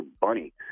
bunny